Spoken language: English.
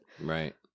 right